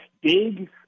big